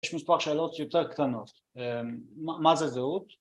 ‫יש מספר שאלות יותר קטנות. ‫מה זה זהות?